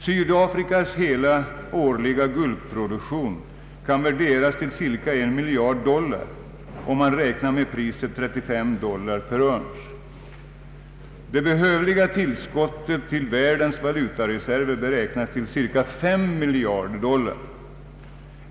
Sydafrikas hela årliga guldproduktion kan värderas till cirka en miljard dollar, om man räknar med priset 35 dollar per ounce. Det behövliga tillskottet till världens valutareserver beräknas till cirka 5 miljarder dollar.